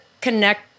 connect